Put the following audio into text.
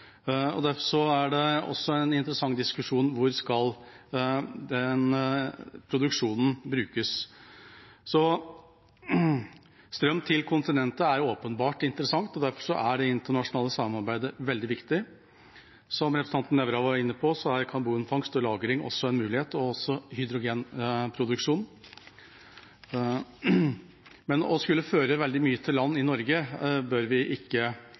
dag. Derfor er det også en interessant diskusjon hvor produksjonen skal brukes. Strøm til kontinentet er åpenbart interessant, og derfor er det internasjonale samarbeidet veldig viktig. Som representanten Nævra var inne på, er karbonfangst og -lagring en mulighet og også hydrogenproduksjon. Men å skulle føre veldig mye til land i Norge bør vi ikke